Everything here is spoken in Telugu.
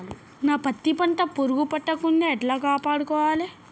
నా పత్తి పంట పురుగు పట్టకుండా ఎలా కాపాడుకోవాలి?